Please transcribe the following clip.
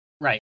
Right